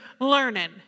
learning